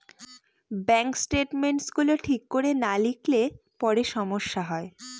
bank statements গুলো ঠিক করে না লিখলে পরে সমস্যা হয়